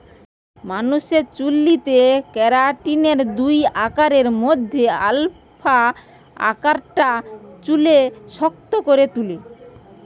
মানুষের চুলেতে কেরাটিনের দুই আকারের মধ্যে আলফা আকারটা চুলকে শক্ত করে তুলে